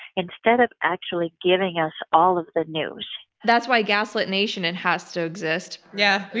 instead of actually giving us all of the news. that's why gaslit nation and has to exist. yeah, yeah